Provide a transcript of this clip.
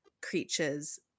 creatures